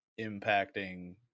impacting